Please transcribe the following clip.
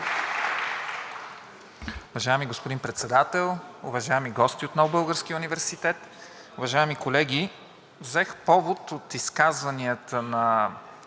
Уважаеми господин Председател, уважаеми гости от Нов български университет, уважаеми колеги! Взех повод от изказванията на